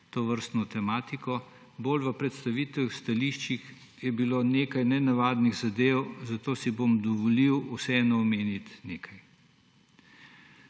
tovrstno tematiko. Bolj v predstavitev stališčih je bilo nekaj nenavadnih zadev, zato si bom dovolil vseeno omeniti nekaj.